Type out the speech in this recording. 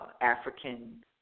African